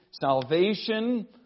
Salvation